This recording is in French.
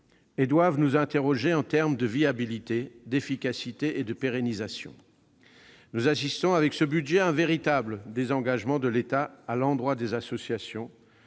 et doivent nous interroger sur la viabilité, l'efficacité et la pérennisation des moyens. Nous assistons, avec ce budget, à un véritable désengagement de l'État à l'endroit des associations,